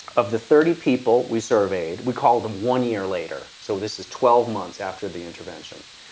of the thirty people we surveyed, we called them one year later so this is twelve months after the intervention.